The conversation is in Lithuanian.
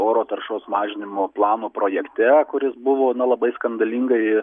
oro taršos mažinimo plano projekte kuris buvo na labai skandalingai